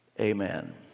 amen